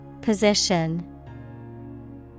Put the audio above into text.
Position